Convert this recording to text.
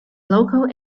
local